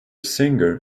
singer